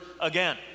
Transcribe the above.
again